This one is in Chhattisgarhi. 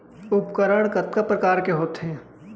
उपकरण कतका प्रकार के होथे?